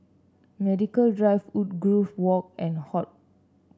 Medical Drive Woodgrove Walk and HortPark